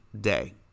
day